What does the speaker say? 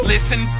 Listen